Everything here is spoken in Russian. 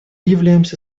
являемся